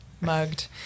mugged